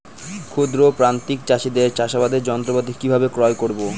ক্ষুদ্র প্রান্তিক চাষীদের চাষাবাদের যন্ত্রপাতি কিভাবে ক্রয় করব?